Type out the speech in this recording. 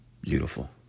beautiful